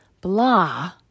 blah